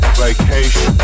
vacation